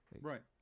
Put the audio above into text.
Right